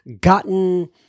gotten